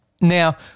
Now